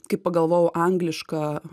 kaip pagalvojau anglišką